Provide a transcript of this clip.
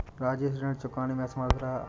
राजेश ऋण चुकाने में असमर्थ रहा